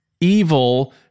evil